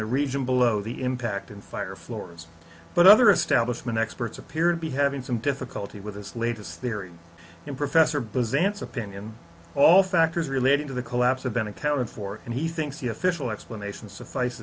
the region below the impact and fire floors but other establishment experts appear to be having some difficulty with this latest theory and professor byzantium opinion all factors relating to the collapse of been accounted for and he thinks the official explanation suffice